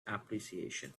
appreciation